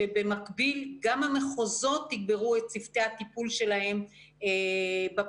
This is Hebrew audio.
שבמקביל גם המחוזות תגברו את צוותי הטיפול שלהם בפנייה.